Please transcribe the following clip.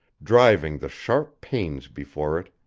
driving the sharp pains before it